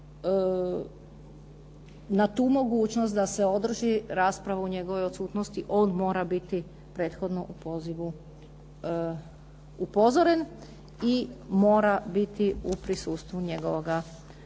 na tu mogućnost da se održi rasprava u njegovoj odsutnosti, on mora biti prethodno u pozivu upozoren i mora biti u prisustvu njegova